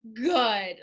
Good